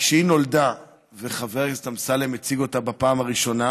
כשהיא נולדה וחבר הכנסת אמסלם הציג אותה בפעם הראשונה,